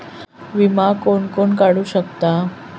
विमा कोण कोण काढू शकता?